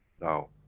now,